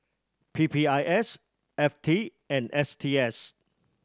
P P I S F T and S T S